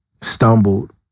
stumbled